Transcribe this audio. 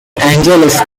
angeles